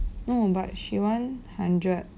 no but she want hundred